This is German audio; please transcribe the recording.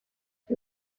die